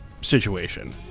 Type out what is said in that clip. situation